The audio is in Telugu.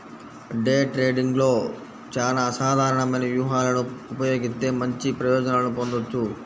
డే ట్రేడింగ్లో చానా అసాధారణమైన వ్యూహాలను ఉపయోగిత్తే మంచి ప్రయోజనాలను పొందొచ్చు